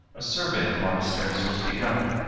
a survey of monasteries was begun.